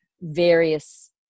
various